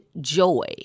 joy